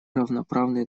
равноправный